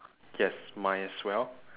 yes mine as well